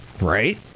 Right